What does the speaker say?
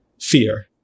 fear